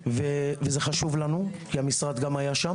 וזה חשוב לנו כי המשרד היה שם,